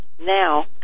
Now